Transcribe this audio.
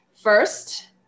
First